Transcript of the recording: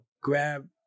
grab